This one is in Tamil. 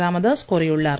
ராமதாஸ் கோரியுள்ளார்